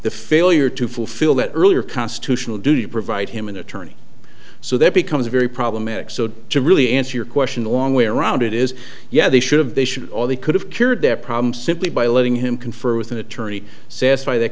the failure to fulfill that earlier constitutional duty to provide him an attorney so that becomes very problematic so to really answer your question a long way around it is yeah they should have they should all they could have cured their problem simply by letting him confer with an attorney satisfy their